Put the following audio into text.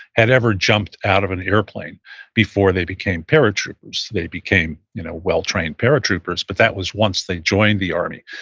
had ever jumped out of an airplane before they became paratroopers. they became you know well-trained paratroopers, but that was once they joined the army,